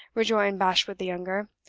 rejoined bashwood the younger.